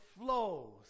flows